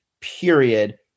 period